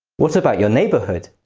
what about your neighbourhood?